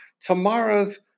Tomorrow's